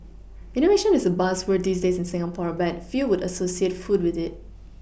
innovation is a buzzword these days in Singapore but few would associate food with it